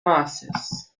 mosses